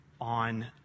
on